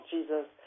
Jesus